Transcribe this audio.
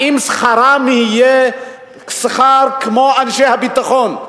האם שכרם יהיה כמו שכר אנשי הביטחון?